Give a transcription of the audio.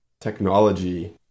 technology